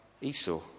Esau